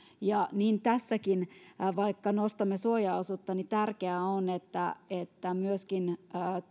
ja niin tässäkin vaikka nostamme suojaosuutta tärkeää on että että myöskin